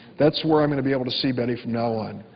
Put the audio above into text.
that's where i'm going to be able to see betty from now on.